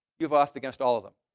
you've authed against all of them.